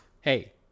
hey